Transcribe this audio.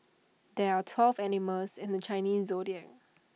there are twelve animals in the Chinese Zodiac